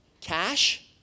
Cash